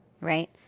right